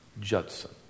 Judson